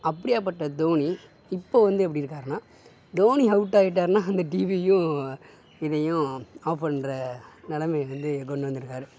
அப்பிடியாப்பட்ட தோனி இப்போது வந்து எப்படி இருக்காருனால் தோனி அவுட் ஆயிட்டார்னா அந்த டிவியும் இதையும் ஆஃப் பண்ணுற நிலைமைய வந்து கொண்டு வந்திருக்கார்